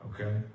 okay